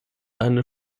eine